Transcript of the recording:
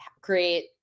create